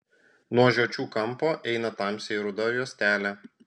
nuo žiočių kampo eina tamsiai ruda juostelė